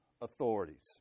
authorities